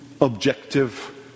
objective